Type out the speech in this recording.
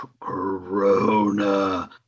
Corona